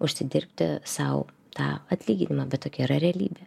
užsidirbti sau tą atlyginimą bet tokia yra realybė